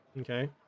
Okay